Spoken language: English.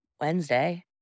Wednesday